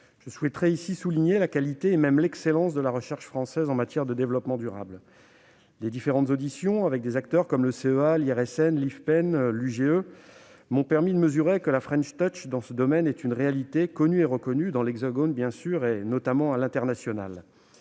Je souhaiterais ici souligner la qualité et même l'excellence de la recherche française en matière de développement durable. Les différentes auditions avec des acteurs comme le CEA, l'IRSN, l'IFPEN et l'IGE m'ont permis de mesurer à quel point la, dans ce domaine, est une réalité connue et reconnue, dans l'Hexagone, mais aussi à l'international.